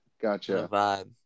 Gotcha